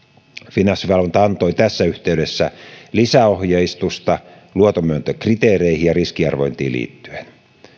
finanssivalvonta antoi tässä yhteydessä lisäohjeistusta luotonmyöntökriteereihin ja riskiarviointiin liittyen